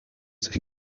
sich